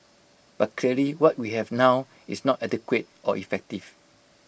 but clearly what we have now is not adequate or effective